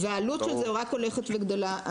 והעלות של זה רק הולכת וגדלה.